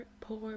poor